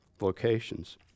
locations